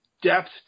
depth